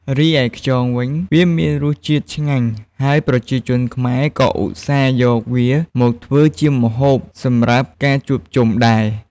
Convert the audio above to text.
រីឯខ្យងវិញ វាមានរសជាតិឆ្ងាញ់ ហើយប្រជាជនខ្មែរក៏ឧស្សាហ៍យកវាមកធ្វើជាម្ហូបសម្រាប់ការជួបជុំដែរ។